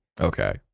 Okay